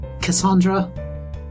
Cassandra